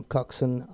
Coxon